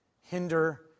hinder